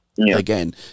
Again